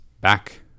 back